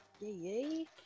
Yay